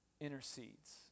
intercedes